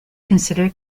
consider